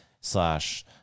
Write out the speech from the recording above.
slash